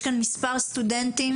יש כאן מספר סטודנטים,